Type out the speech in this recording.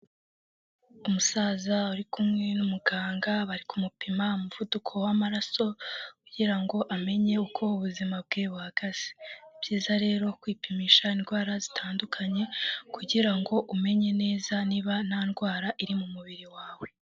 Umusaza ari kumwe n'umuganga bari kumupima umuvuduko w'amaraso kugira ngo amenye uko ubuzima bwe buhagaze. Ni byiza rero kwipimisha indwara zitandukanye kugirango ngo umenye neza niba nta ndwara iri mu mubiri wawe.